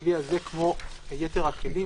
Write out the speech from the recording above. הכלי הזה, כמו ייתר הכלים